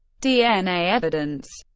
dna evidence